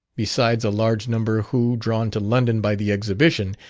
besides a large number who, drawn to london by the exhibition,